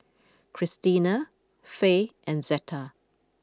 Krystina Fae and Zetta